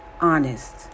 honest